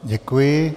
Děkuji.